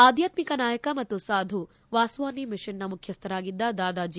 ಆಧ್ವಾತ್ಮಿಕ ನಾಯಕ ಮತ್ತು ಸಾಧು ವಾಸ್ವಾನಿ ಮಿಷನ್ನ ಮುಖ್ಯಸ್ಥರಾಗಿದ್ದ ದಾದಾ ಜೆ